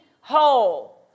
whole